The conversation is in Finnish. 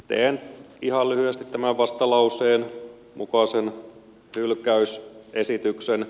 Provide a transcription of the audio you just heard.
teen ihan lyhyesti tämän vastalauseen mukaisen hylkäysesityksen